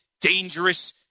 dangerous